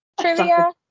trivia